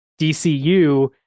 DCU